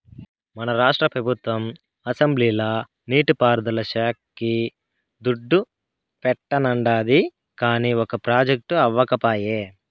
మన రాష్ట్ర పెబుత్వం అసెంబ్లీల నీటి పారుదల శాక్కి దుడ్డు పెట్టానండాది, కానీ ఒక ప్రాజెక్టు అవ్యకపాయె